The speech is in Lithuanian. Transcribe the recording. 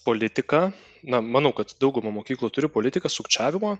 politiką na manau kad dauguma mokyklų turi politiką sukčiavimo